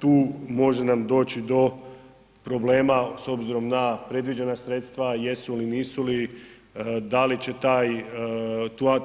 Tu može nam doći do problema s obzirom na predviđena sredstva, jesu li, nisu li, da li će